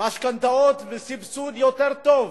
משכנתאות וסבסוד יותר טוב